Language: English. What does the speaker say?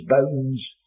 bones